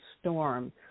storm